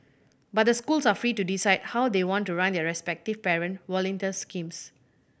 but the schools are free to decide how they want to run their respective parent volunteer schemes